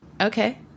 Okay